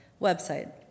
website